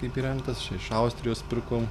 kaip įrengtas čia iš austrijos pirkau